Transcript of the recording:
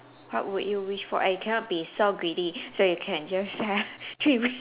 what would you wish for eh cannot be so greedy so you can just have three wish